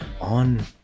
on